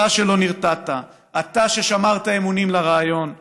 אתה שלא נרתעת, אתה ששמרת אמונים לרעיון,